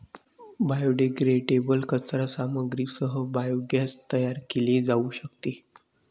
biodegradable कचरा सामग्रीसह biogas तयार केले जाऊ शकते